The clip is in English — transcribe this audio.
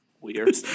Weird